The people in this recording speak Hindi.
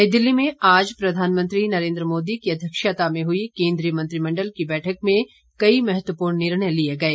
नई दिल्ली में आज प्रधानमंत्री नरेंद्र मोदी की अध्यक्षता में हुई केन्द्रीय मंत्रिमण्डल की बैठक में कई महत्वपूर्ण निर्णय लिये गये